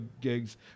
gigs